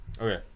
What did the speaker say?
Okay